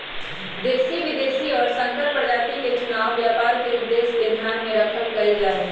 देशी, विदेशी और संकर प्रजाति के चुनाव व्यापार के उद्देश्य के ध्यान में रखकर कइल जाहई